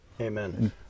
Amen